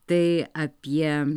tai apie